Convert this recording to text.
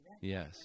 Yes